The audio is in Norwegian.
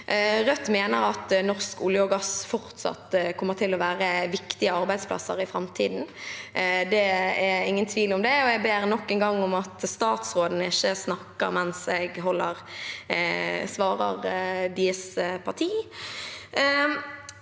Rødt mener at innen norsk olje og gass kommer det fortsatt til å være viktige arbeidsplasser i framtiden. Det er ingen tvil om det – og jeg ber nok en gang om at statsrådene ikke snakker mens jeg svarer deres parti.